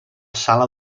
sala